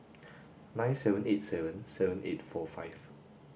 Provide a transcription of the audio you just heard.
nine seven eight seven seven eight four five